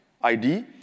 ID